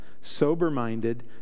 sober-minded